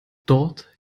dort